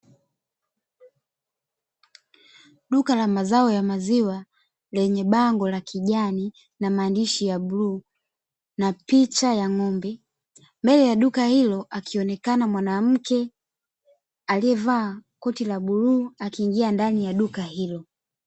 Duka la mazao ya maziwa lenye bango la kijani na maandishi ya bluu na picha ya ng'ombe, mbele ya duka hilo akionekana mwanamke aliyevaa koti la bluu akiingia ndani ya duka hilo.